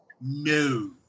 No